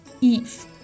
Eve